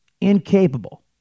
incapable